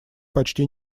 почти